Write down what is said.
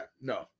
no